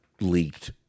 leaked